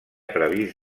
previst